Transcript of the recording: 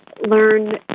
learn